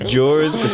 George